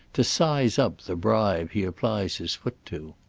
to size-up the bribe he applies his foot to.